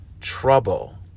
trouble